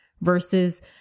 versus